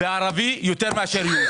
וערבי יותר מאשר יהודי.